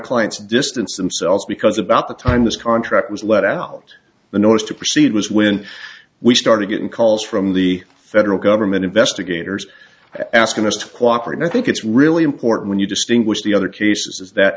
clients distanced themselves because about the time this contract was let out the noise to proceed was when we started getting calls from the federal government investigators asking us to cooperate i think it's really important when you distinguish the other cases that